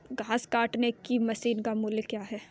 घास काटने की मशीन का मूल्य क्या है?